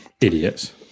Idiots